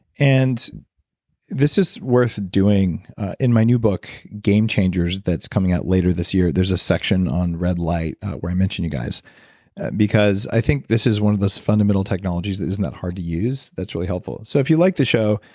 and this is worth doing in my new book game changers that's coming out later this year there's a section on red light where i mention you guys because i think this is one of those fundamental technologies that isn't that hard to use, that's really helpful. so if you like this show,